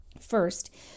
first